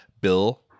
bill